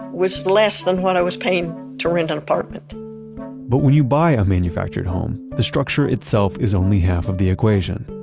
was less than what i was paying to rent an apartment but when you buy a manufactured home, the structure itself is only half of the equation.